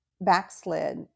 backslid